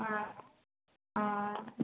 ஆ ஆ